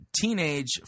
teenage